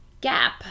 gap